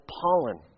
pollen